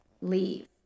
leave